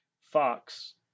Fox